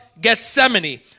Gethsemane